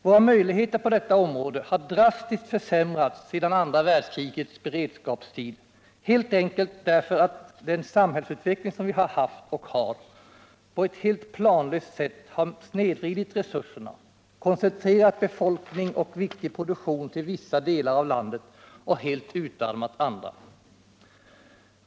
Våra möjligheter på detta område har drastiskt försämrats sedan andra världskrigets beredskapstid, helt enkelt därför att den samhällsutveckling som vi har haft och har på ett helt planlöst sätt har snedvridit resurserna, koncentrerat befolkning och viktig produktion till vissa delar av landet och helt utarmat andra.